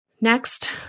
Next